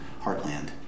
heartland